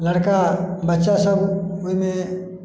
लड़का बच्चा सभ ओहिमे